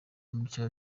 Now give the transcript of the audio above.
mugisha